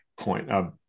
point